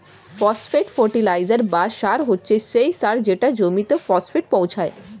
phosphate fertiliser বা সার হচ্ছে সেই সার যেটা জমিতে ফসফেট পৌঁছায়